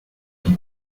qui